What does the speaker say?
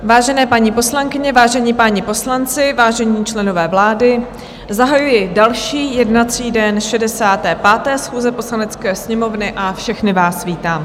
Vážené paní poslankyně, vážení páni poslanci, vážení členové vlády, zahajuji další jednací den 65. schůze Poslanecké sněmovny a všechny vás vítám.